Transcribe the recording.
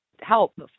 help